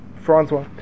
Francois